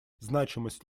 значимость